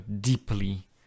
deeply